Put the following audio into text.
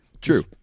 true